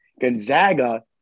Gonzaga